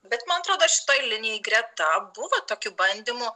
bet man atrodo štoj linijoj greta buvo tokių bandymų